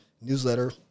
newsletter